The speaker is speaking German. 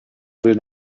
will